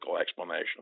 explanation